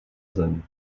zem